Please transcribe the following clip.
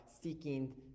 seeking